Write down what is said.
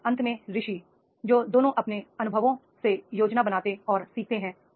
और अंत में ऋषि जो दोनों अपने अनुभवों से योजना बनाते हैं और सीखते हैं